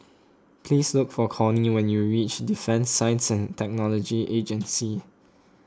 please look for Cornie when you reach Defence Science and Technology Agency